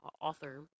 author